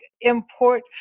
import